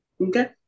Okay